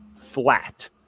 flat